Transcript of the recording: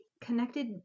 connected